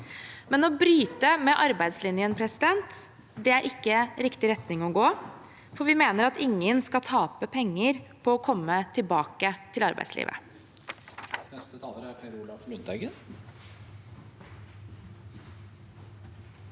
Men å bryte med arbeidslinja er ikke riktig retning å gå, for vi mener at ingen skal tape penger på å komme tilbake til arbeidslivet.